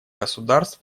государств